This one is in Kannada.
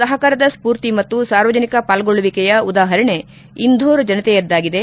ಸಹಕಾರದ ಸ್ಪೂರ್ತಿ ಮತ್ತು ಸಾರ್ವಜನಿಕ ಪಾಲ್ಗೊಳ್ಳುವಿಕೆಯ ಉದಾಪರಣೆ ಇಂಧೋರ್ ಜನತೆಯದಾಗಿದೆ